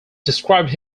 describes